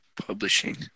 Publishing